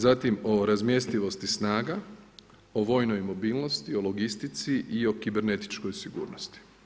Zatim o razmjestivosti snaga o vojnoj mobilnosti, o logistici i o kibernetičkoj sigurnosti.